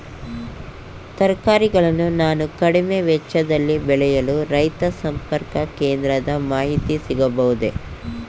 ತರಕಾರಿಗಳನ್ನು ನಾನು ಕಡಿಮೆ ವೆಚ್ಚದಲ್ಲಿ ಬೆಳೆಯಲು ರೈತ ಸಂಪರ್ಕ ಕೇಂದ್ರದ ಮಾಹಿತಿ ಸಿಗಬಹುದೇ?